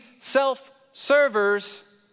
self-servers